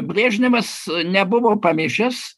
brežnevas nebuvo pamišęs